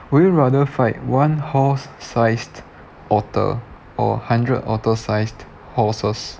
would you rather fight one horse sized otter or hundred otter sized horses